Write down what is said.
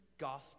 gospel